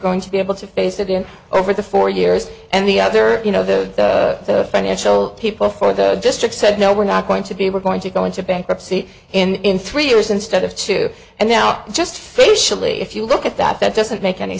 going to be able to face again over the four years and the other you know the the financial people for the district said no we're not going to be we're going to go into bankruptcy in three years instead of two and now just facially if you look at that that doesn't make any